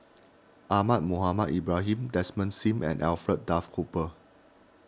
Ahmad Mohamed Ibrahim Desmond Sim and Alfred Duff Cooper